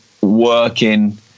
working